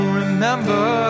remember